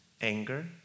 anger